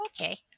Okay